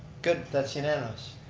good, that's unanimous.